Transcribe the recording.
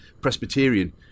Presbyterian